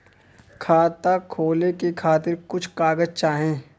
खाता खोले के खातिर कुछ कागज चाही?